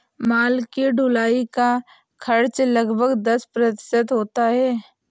माल की ढुलाई का खर्च लगभग दस प्रतिशत होता है